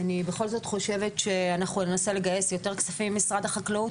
אני בכל זאת חושבת שאנחנו ננסה לגייס יותר כספים ממשרד החקלאות.